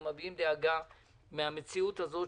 אנחנו מביעים דאגה מן המציאות הזאת.